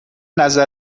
نظر